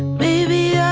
maybe yeah